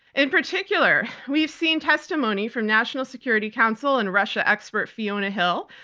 in particular, we've seen testimony from national security council and russia expert fiona hill,